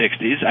60s